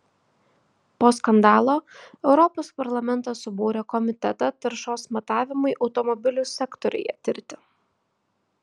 po skandalo europos parlamentas subūrė komitetą taršos matavimui automobilių sektoriuje tirti